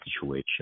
situation